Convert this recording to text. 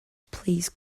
please